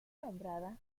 nombrada